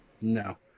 No